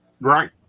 Right